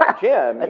ah jim, and